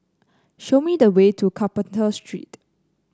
show me the way to Carpenter Street